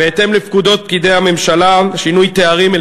בהתאם לפקודת פקידי הממשלה (שינוי תארים),